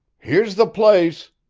here's the place,